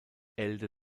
elde